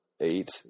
eight